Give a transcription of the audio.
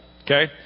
okay